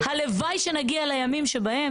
זאת ועדה כדי להסביר עוד פעם לכולם.